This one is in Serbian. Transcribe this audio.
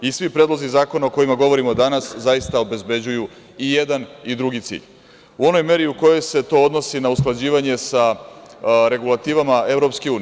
Svi predlozi zakona o kojima govorimo danas zaista obezbeđuju i jedan i drugi cilj u onoj meri u kojoj se to odnosi na usklađivanje sa regulativama EU.